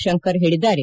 ಶಂಕರ್ ಹೇಳಿದ್ದಾರೆ